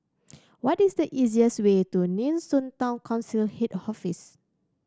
what is the easiest way to Nee Soon Town Council Head Office